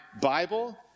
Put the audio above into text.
Bible